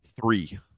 three